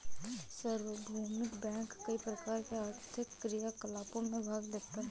सार्वभौमिक बैंक कई प्रकार के आर्थिक क्रियाकलापों में भाग लेता है